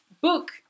book